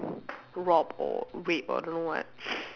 robbed or raped or don't know what